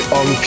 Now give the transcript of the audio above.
on